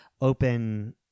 open